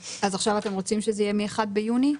אז עכשיו אתם רוצים שזה יהיה מיום 1 ביוני?